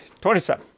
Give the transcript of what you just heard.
27